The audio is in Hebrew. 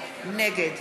נגד